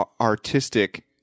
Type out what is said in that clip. artistic